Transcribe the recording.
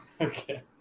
Okay